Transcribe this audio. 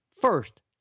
First